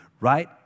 right